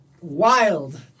wild